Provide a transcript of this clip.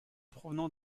provenant